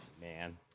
Man